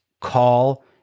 call